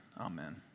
Amen